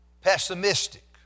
pessimistic